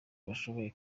bashoboye